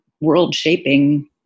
world-shaping